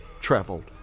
traveled